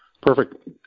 Perfect